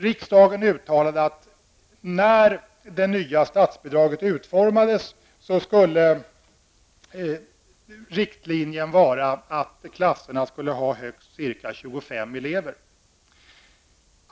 Riksdagen uttalade att när det nya statsbidraget utformas skulle riktlinjen vara att klasserna inte bör ha mer än 25 elever.